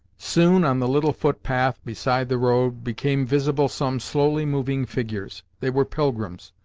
soon on the little footpath beside the road became visible some slowly moving figures. they were pilgrims.